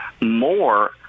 more